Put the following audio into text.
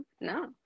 No